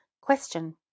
question